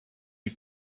you